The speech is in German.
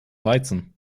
weizen